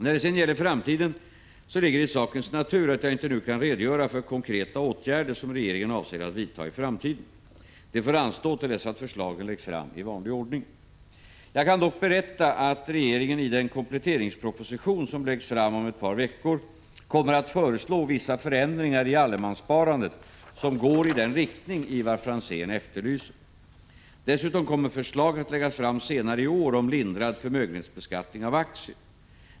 När det sedan gäller framtiden så ligger det i sakens natur att jag inte nu kan redogöra för konkreta åtgärder som regeringen avser att vidta i framtiden. Det får anstå till dess att förslagen läggs fram i vanlig ordning. Jag kan dock berätta att regeringen i den kompletteringsproposition som läggs fram om ett par veckor kommer att föreslå vissa förändringar i allemanssparandet som går i den riktning Ivar Franzén efterlyser. Dessutom kommer förslag att läggas fram senare i år om lindrad förmögenhetsbeskattning av aktier.